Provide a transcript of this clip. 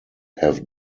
have